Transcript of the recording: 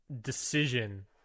decision